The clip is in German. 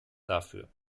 dafür